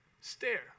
stare